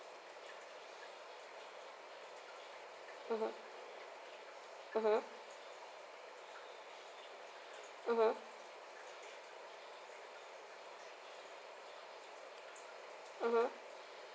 mmhmm